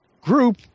group